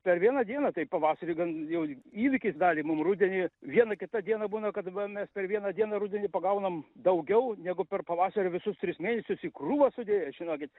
per vieną dieną tai pavasarį gan jau įvykis dalį mum rudenį vieną kitą dieną būna kad mes per vieną dieną rudenį pagaunam daugiau negu per pavasario visus tris mėnesius į krūvą sudėjus žinokit